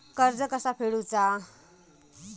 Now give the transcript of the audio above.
कर्ज कसा फेडुचा?